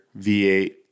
V8